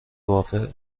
وافع